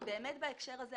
בהקשר הזה,